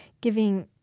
giving